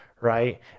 right